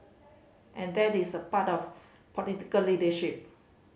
and that is the part of politically leadership